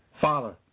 Father